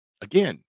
again